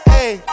Hey